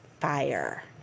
fire